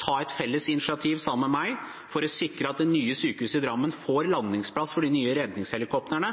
ta et initiativ sammen med meg for å sikre at det nye sykehuset i Drammen får landingsplass for de nye redningshelikoptrene